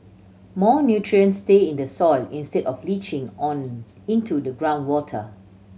more nutrients stay in the soil instead of leaching on into the groundwater